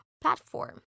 platform